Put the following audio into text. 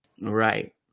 Right